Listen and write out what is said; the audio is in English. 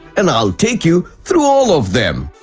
and i'll take you through all of them.